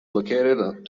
located